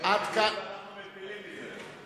שהם מביאים ואנחנו מפילים את זה.